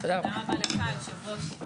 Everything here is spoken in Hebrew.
הישיבה ננעלה בשעה 11:10.